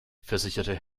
versicherte